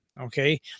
okay